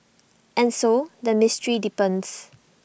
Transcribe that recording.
and so the mystery deepens